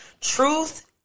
Truth